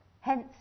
Hence